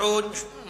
ועדת הכספים.